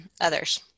others